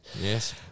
yes